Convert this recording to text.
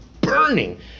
burning